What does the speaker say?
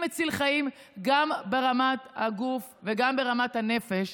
מציל חיים גם ברמת הגוף וגם ברמת הנפש.